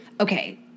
Okay